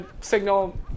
signal